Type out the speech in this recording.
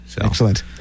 excellent